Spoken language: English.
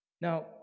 Now